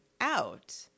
out